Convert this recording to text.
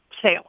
sale